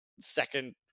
Second